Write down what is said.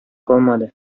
калмады